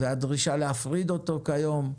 הדרישה היא להפריד אותו כיום.